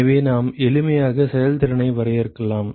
எனவே நாம் எளிமையாக செயல்திறனை வரையறுக்கலாம்